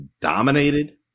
dominated